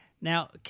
Now